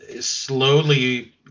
slowly